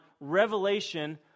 revelation